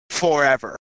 forever